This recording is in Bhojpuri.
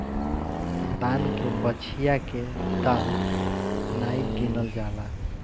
दान के बछिया के दांत नाइ गिनल जाला